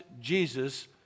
Jesus